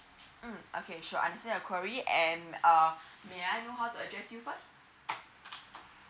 mm okay sure understand your query and uh may I know how to address you first